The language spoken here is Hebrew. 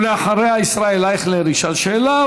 אחריה ישראל אייכלר ישאל שאלה,